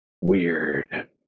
weird